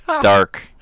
dark